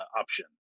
option